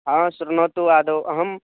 हा श्रुणोतु आदौ अहम्